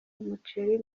umuceli